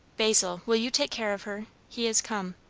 basil, will you take care of her? he is come.